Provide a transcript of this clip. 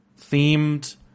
themed